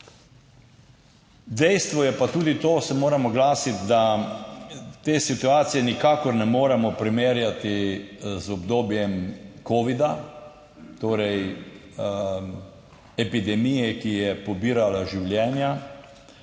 Dejstvo je pa tudi to se moram oglasiti, da te situacije nikakor ne moremo primerjati z obdobjem covida, torej epidemije, ki je pobirala življenja,